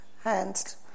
hands